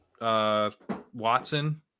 Watson